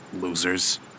Losers